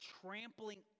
trampling